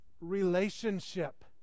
relationship